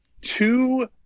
two